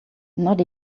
not